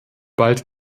bald